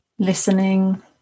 listening